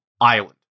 island